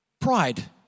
Pride